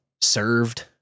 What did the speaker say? served